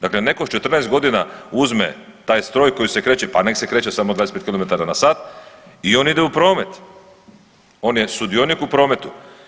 Dakle, netko sa 14 godina uzme taj stroj koji se kreće, pa nek' se kreće samo 25 km na sat i on ide u promet, on je sudionik u prometu.